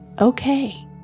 Okay